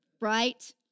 right